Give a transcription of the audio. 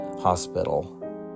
Hospital